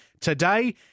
today